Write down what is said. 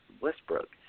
Westbrook